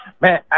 Man